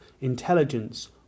Intelligence